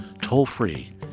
toll-free